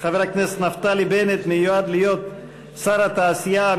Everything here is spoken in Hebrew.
חבר הכנסת נפתלי בנט מיועד להיות שר התעשייה,